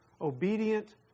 obedient